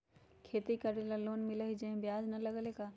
खेती करे ला लोन मिलहई जे में ब्याज न लगेला का?